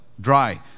Dry